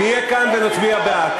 נהיה כאן ונצביע בעד.